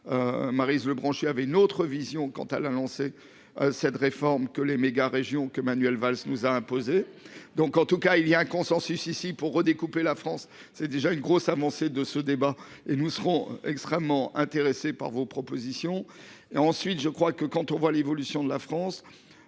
Marylise Lebranchu avait une autre vision quant à la lancer cette réforme que les méga-régions que Manuel Valls nous a imposé donc en tout cas il y a un consensus ici pour redécouper la France, c'est déjà une grosse avancée de ce débat et nous serons extrêmement intéressé par vos propositions et ensuite je crois que quand on voit l'évolution de la France.